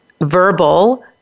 verbal